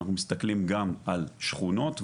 אנחנו מסתכלים גם על שכונות,